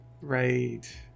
Right